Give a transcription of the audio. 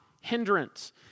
hindrance